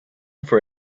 for